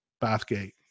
bathgate